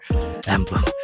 emblem